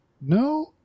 No